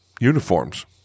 uniforms